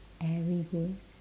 every day